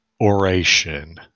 oration